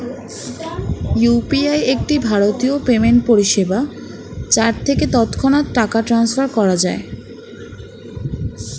UPI একটি ভারতীয় payment পরিষেবা যার থেকে তৎক্ষণাৎ টাকা ট্রান্সফার করা যায়